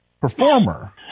performer